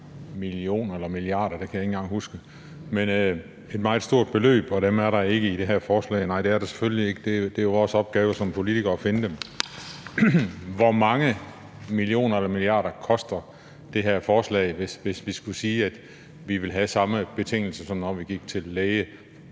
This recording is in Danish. millioner – eller milliarder, det kan jeg ikke engang huske, men et meget stort beløb – og at dem er der ikke i det her forslag. Nej, det er der selvfølgelig ikke, og det er jo vores opgave som politikere at finde dem. Hvor mange millioner eller milliarder koster det her forslag, hvis vi skulle sige, at vi ville have de samme betingelser, som når vi gik til læge